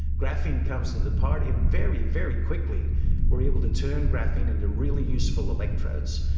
graphene comes to the party and very, very quickly we are able to turn graphene into really useful electrodes,